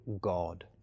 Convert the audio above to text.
God